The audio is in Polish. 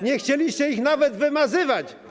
Nie chcieliście ich nawet wymazywać.